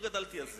גדלתי על זה.